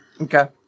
Okay